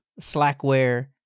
Slackware